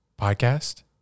Podcast